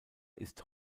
ist